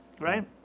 right